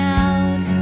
out